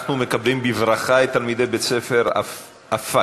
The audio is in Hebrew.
אנחנו מקבלים בברכה את תלמידי בית-הספר "אפאק"